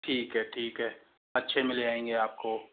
ठीक है ठीक है अच्छे मिल आएंगे आपको